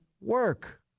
work